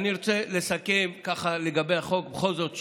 אני רוצה לסכם לגבי החוק בכל זאת.